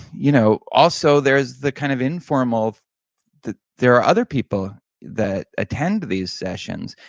you know also, there's the kind of informal that there are other people that attend these sessions,